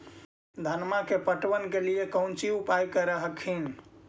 धनमा के पटबन के लिये कौची उपाय कर हखिन?